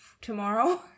tomorrow